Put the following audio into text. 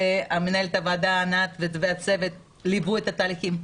ומנהלת הוועדה, ענת והצוות, ליוו את התהליכים.